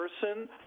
person